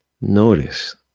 notice